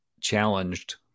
challenged